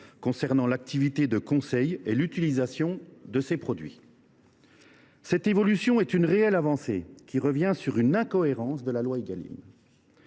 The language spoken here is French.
concernant l’activité de conseil sur l’utilisation de ces produits. Cette évolution est une réelle avancée. Elle revient sur une incohérence de la loi Égalim.